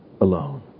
alone